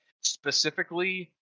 specifically